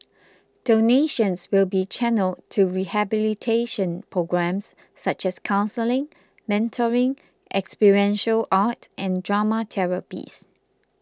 donations will be channelled to rehabilitation programmes such as counselling mentoring experiential art and drama therapies